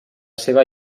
seva